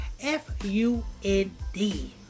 F-U-N-D